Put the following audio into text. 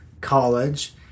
College